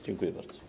Dziękuję bardzo.